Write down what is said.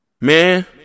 Man